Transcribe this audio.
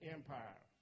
Empire